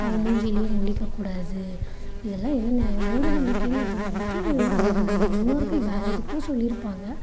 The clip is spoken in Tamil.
அவுங்க மூஞ்சிலேயே முழிக்கக்கூடாது இதெல்லாம் என்ன நியாயம் மூடநம்பிக்கைங்கிறது வந்துவிட்டு அது நம்ம முன்னோர்கள் வேறு எதுக்கோ சொல்லியிருப்பாங்க